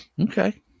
Okay